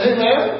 Amen